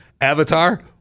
Avatar